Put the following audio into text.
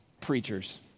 preachers